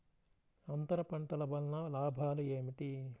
అంతర పంటల వలన లాభాలు ఏమిటి?